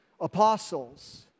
apostles